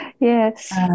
Yes